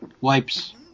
Wipes